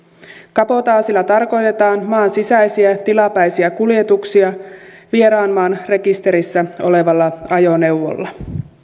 kabotaasilla tarkoitetaan maan sisäisiä tilapäisiä kuljetuksia vieraan maan rekisterissä olevalla ajoneuvolla